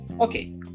Okay